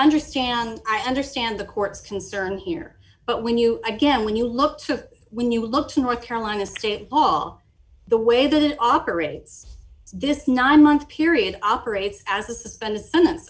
understand i understand the court's concern here but when you again when you look to when you look to north carolina state all the way that it operates this nine month period operates as a suspended sentence